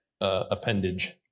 appendage